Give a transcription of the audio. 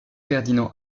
ferdinand